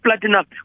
platinum